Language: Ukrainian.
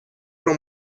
про